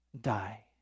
die